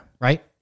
Right